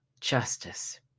justice